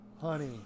Honey